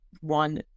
one